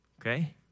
Okay